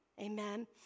Amen